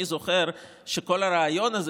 אני זוכר שאת כל הרעיון הזה,